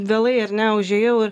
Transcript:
vėlai ar ne užėjau ir